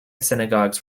synagogues